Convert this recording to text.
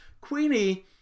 Queenie